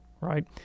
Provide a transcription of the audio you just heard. right